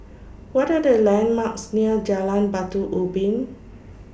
What Are The landmarks near Jalan Batu Ubin